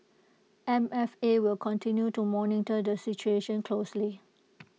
M F A will continue to monitor the situation closely